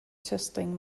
testing